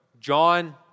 John